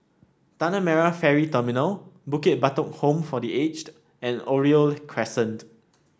Tanah Merah Ferry Terminal Bukit Batok Home for The Aged and Oriole Crescent